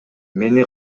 мени